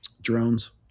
drones